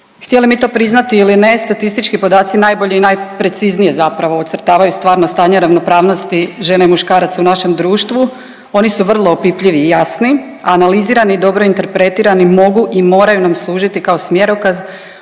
Htjeli mi to priznati ili ne statistički podaci najbolje i najpreciznije zapravo ocrtavaju stvarno stanje ravnopravnosti žena i muškaraca u našem društvu, oni su vrlo opipljivi i jasni, analizirani i dobro interpretirani, mogu i moraju nam služiti kao smjerokaz